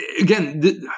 again